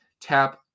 tap